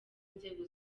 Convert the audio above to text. nzego